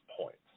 points